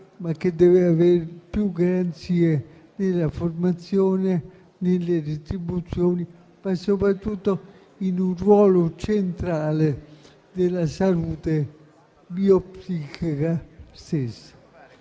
ma deve avere più garanzie nella formazione, nelle retribuzioni, ma soprattutto un ruolo centrale nella salute biopsichica stessa.